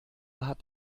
hat